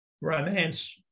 romance